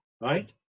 right